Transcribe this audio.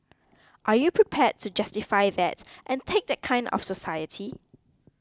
are you prepared to justify that and take that kind of society